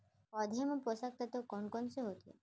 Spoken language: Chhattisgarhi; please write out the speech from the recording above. पौधे मा पोसक तत्व कोन कोन से होथे?